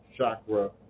chakra